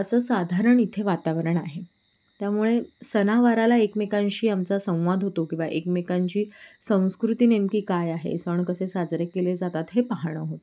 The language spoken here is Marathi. असं साधारण इथे वातावरण आहे त्यामुळे सणावाराला एकमेकांशी आमचा संवाद होतो की बा एकमेकांची संस्कृती नेमकी काय आहे सण कसे साजरे केले जातात हे पाहणं होतं